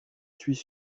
suis